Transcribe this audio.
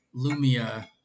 Lumia